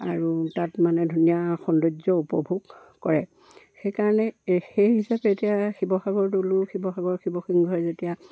আৰু তাত মানে ধুনীয়া সৌন্দৰ্য উপভোগ কৰে সেইকাৰণে এ সেই হিচাপে এতিয়া শিৱসাগৰ দৌলো শিৱসাগৰ শিৱসিংঘৰ যেতিয়া